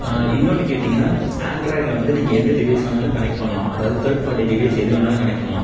இன்னொன்னு கேட்டிங்கனா ஆண்ட்ராய்டில் வந்து நீங்கள் எந்த டிவைஸ் வேணாலும் கனெக்ட் பண்ணலாம் அதாவது தேர்ட் பார்ட்டி டிவைஸ் எது வேணும்னாலும் கனெக்ட் பண்ணலாம்